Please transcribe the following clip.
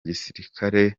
gisirikare